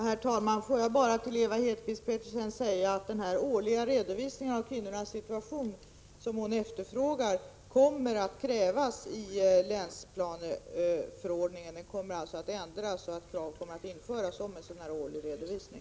Herr talman! Får jag bara till Ewa Hedkvist Petersen säga att den årliga redovisning av kvinnornas situation som hon efterfrågar kommer att krävas i länsplaneförordningen. Förordningen kommer att ändras så att krav införs på en årlig redovisning.